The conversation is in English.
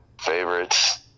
favorites